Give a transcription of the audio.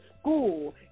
school